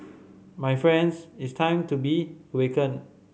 my friends it's time to be awaken